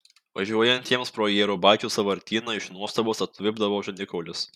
važiuojantiems pro jėrubaičių sąvartyną iš nuostabos atvipdavo žandikaulis